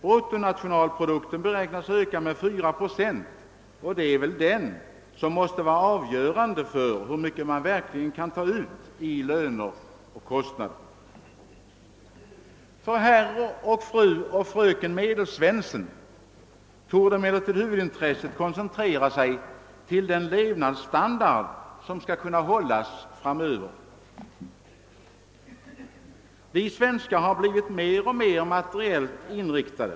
Bruttonationalprodukten beräknas öka med 4 procent, och det är väl den som måste vara avgörande för hur mycket man verkligen kan ta ut i löner och kostnader. För herr, fru och fröken Medelsvensson torde emellertid huvudintresset koncentrera sig kring den levnadsstandard som vi skall försöka hålla framöver. Vi svenskar har blivit mer och mer materiellt inriktade.